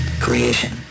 Creation